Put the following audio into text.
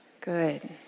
Good